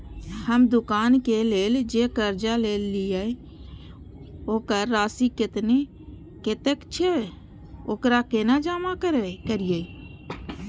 हम दुकान के लेल जे कर्जा लेलिए वकर राशि कतेक छे वकरा केना जमा करिए?